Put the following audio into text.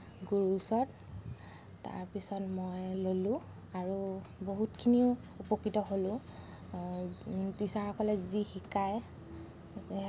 গুৰুৰ ওচৰত তাৰপিছত মই ল'লোঁ আৰু বহুতখিনি উপকৃত হ'লোঁ টিচাৰসকলে যি শিকায়